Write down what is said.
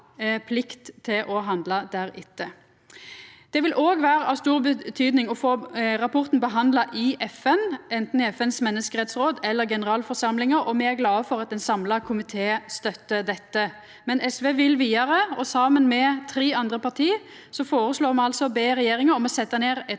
Det vil òg vera av stor betydning å få rapporten behandla i FN, anten i FNs menneskerettsråd eller i FNs generalforsamling, og me er glade for at ein samla komité støttar dette. Men SV vil vidare, og saman med tre andre parti føreslår me altså å be regjeringa om å setja ned eit